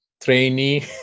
trainee